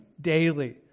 daily